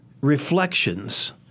reflections